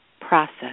process